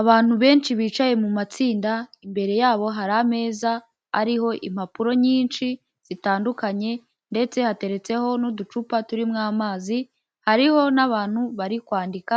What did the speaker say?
Abantu benshi bicaye mu matsinda, imbere yabo hari ameza ariho impapuro nyinshi zitandukanye, ndetse hateretseho n'uducupa turimo amazi hariho n'abantu bari kwandika,